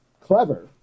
clever